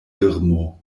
birmo